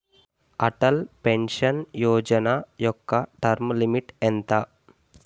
Atal pension Yojana యెక్క term limit ఎంత?